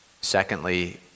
Secondly